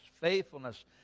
faithfulness